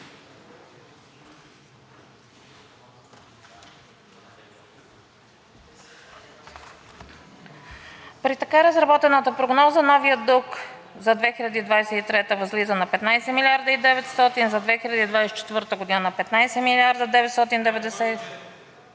При така разработената прогноза новият дълг за 2023-а възлиза на 15 милиарда и 900, за 2024 г. на 15 милиарда 990…